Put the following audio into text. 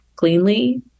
cleanly